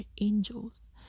angels